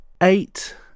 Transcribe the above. eight